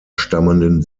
stammenden